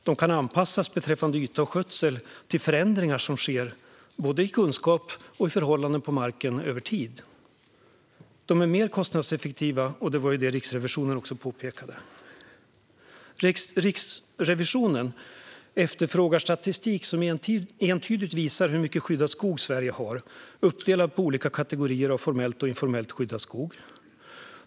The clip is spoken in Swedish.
De kan anpassas beträffande yta och skötsel till förändringar som sker, i fråga om både kunskap och markförhållanden, över tid. De är mer kostnadseffektiva. Det var det som Riksrevisionen också påpekade. Riksrevisionen efterfrågar statistik som entydigt visar hur mycket skyddad skog Sverige har, uppdelad i olika kategorier av formellt och informellt skyddad skog.